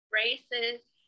racist